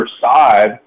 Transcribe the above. side